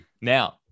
Now